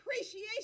appreciation